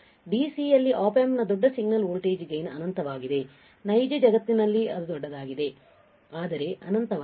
DC ಯಲ್ಲಿ Op amp ನ ದೊಡ್ಡ ಸಿಗ್ನಲ್ ವೋಲ್ಟೇಜ್ ಗೈನ್ ಅನಂತವಾಗಿದೆ ನೈಜ ಜಗತ್ತಿನಲ್ಲಿ ಅದು ದೊಡ್ಡದಾಗಿದೆ ಆದರೆ ಅನಂತವಲ್ಲ